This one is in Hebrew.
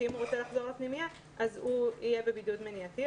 אם הוא רוצה לחזור לפנימייה אז הוא יהיה בבידוד מניעתי.